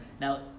Now